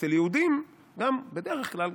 אצל יהודים בדרך כלל,